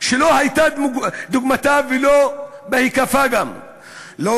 שלא הייתה כדוגמתה וגם לא בהיקפה.